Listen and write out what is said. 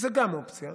גם זו אופציה.